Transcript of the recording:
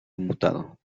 inmutado